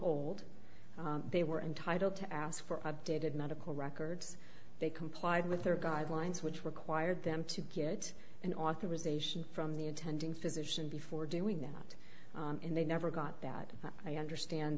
old they were entitled to ask for i've dated medical records they complied with their guidelines which required them to get an authorization from the attending physician before doing that and they never got that i understand